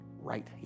right